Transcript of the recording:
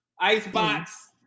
icebox